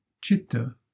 chitta